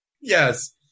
Yes